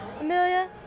Amelia